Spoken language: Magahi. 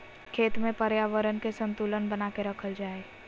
खेत में पर्यावरण के संतुलन बना के रखल जा हइ